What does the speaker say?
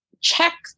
check